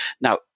Now